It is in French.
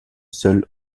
seul